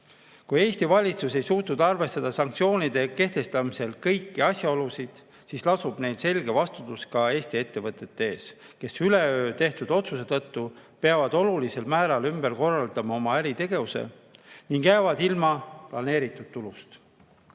Kui Eesti valitsus ei suutnud sanktsioonide kehtestamisel arvestada kõiki asjaolusid, siis lasub neil selge vastutus ka Eesti ettevõtete ees, kes üleöö tehtud otsuse tõttu peavad olulisel määral ümber korraldama oma äritegevust ning jäävad ilma planeeritud tulust. On